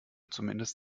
zumindest